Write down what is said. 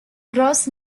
gross